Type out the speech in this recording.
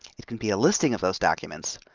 it can be a listing of those documents,